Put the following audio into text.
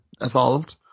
evolved